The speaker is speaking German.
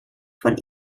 von